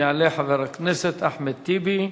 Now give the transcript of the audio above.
יעלה חבר הכנסת אחמד טיבי,